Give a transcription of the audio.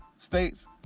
States